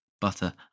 butter